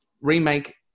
remake